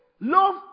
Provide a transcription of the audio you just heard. love